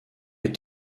est